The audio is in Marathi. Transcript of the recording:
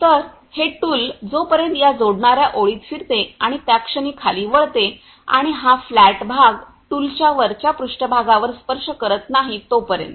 तर हे टूल जोपर्यंत या जोडणार्या ओळीत फिरते आणि त्या क्षणी खाली वळते आणि हा फ्लॅट भाग टूल च्या वरच्या पृष्ठभागावर स्पर्श करत नाही तोपर्यंत